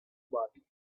body